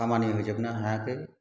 खामानि होजोबनो हायाखै